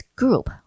group